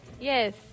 Yes